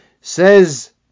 Says